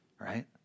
right